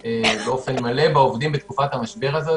באופן מלא בעובדים בתקופת המשבר הזה.